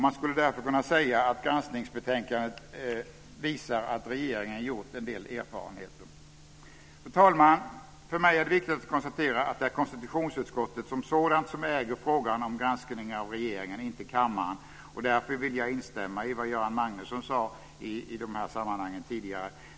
Man skulle därför kunna säga att granskningsbetänkandet visar att regeringen har gjort en del erfarenheter. Fru talman! För mig är det viktigt att konstatera att det är konstitutionsutskottet som sådant som äger frågan om granskningen av regeringen, inte kammaren. Därför vill jag instämma i det som Göran Magnusson sade tidigare.